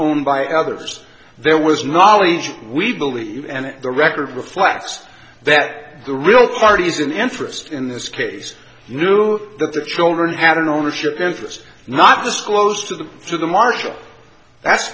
home by others there was knowledge we believe and the record reflects that the real party is an interest in this case knew that the children had an ownership interest not disclosed to the to the market that's